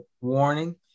warning